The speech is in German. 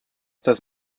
das